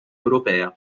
europea